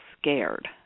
scared